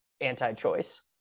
anti-choice